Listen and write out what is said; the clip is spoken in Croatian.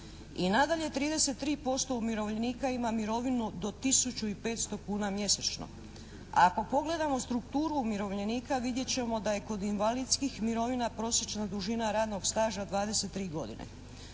I nadalje, 33% umirovljenika ima mirovinu do tisuću i 500 kuna mjesečno. Ako pogledamo strukturu umirovljenika vidjet ćemo da je kod invalidskih mirovina prosječna dužina radnog staža 23 godine.